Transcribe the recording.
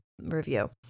review